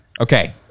Okay